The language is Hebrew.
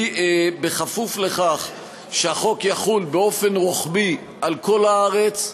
הם בכפוף לכך שהחוק יחול באופן רוחבי על כל הארץ,